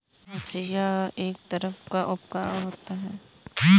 हंसिआ एक तरह का उपकरण होता है